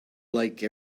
like